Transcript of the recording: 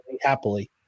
happily